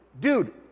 dude